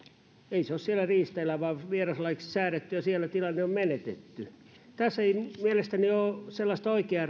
ei se ole siellä riistaeläin vaan vieraslajiksi säädetty ja siellä tilanne on menetetty tässä ei mielestäni ole sellaista oikeaa